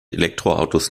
elektroautos